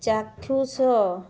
ଚାକ୍ଷୁଷ